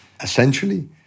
essentially